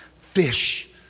fish